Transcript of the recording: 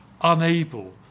unable